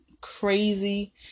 crazy